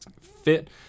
fit